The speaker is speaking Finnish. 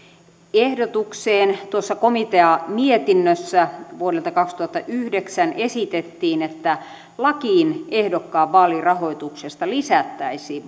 ehdotukseen tuossa komiteanmietinnössä vuodelta kaksituhattayhdeksän esitettiin että lakiin ehdokkaan vaalirahoituksesta lisättäisiin